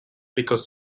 because